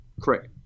Correct